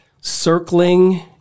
circling